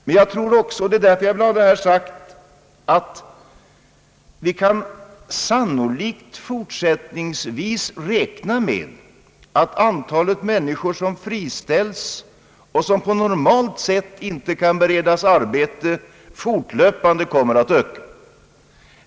Men jag tror också — det är därför jag vill ha det här sagt — att vi sannolikt fortsättningsvis kan räkna med att antalet människor, som friställs och som på normalt sätt inte kan beredas arbete, fortlöpande kommer att öka.